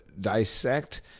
dissect